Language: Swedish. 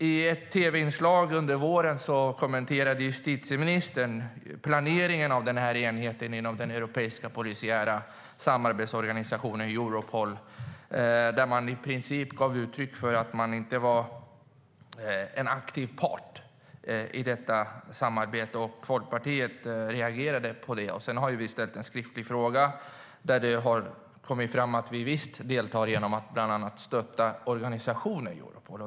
I ett tv-inslag under våren kommenterade justitieministern planeringen av den här enheten inom den europeiska polisiära samarbetsorganisationen Europol och gav i princip uttryck för att man inte var en aktiv part i det samarbetet. Folkpartiet reagerade på det och har därefter ställt en skriftlig fråga till regeringen. Av svaret framkom det att vi visst deltar genom att bland annat stötta organisationen Europol.